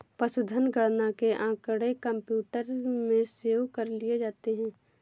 पशुधन गणना के आँकड़े कंप्यूटर में सेव कर लिए जाते हैं